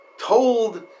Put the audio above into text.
told